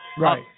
Right